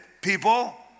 people